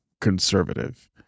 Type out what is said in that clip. conservative